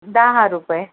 दहा रुपये